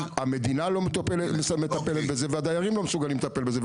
המדינה לא מטפלת בזה והדיירים לא מסוגלים לטפל בזה,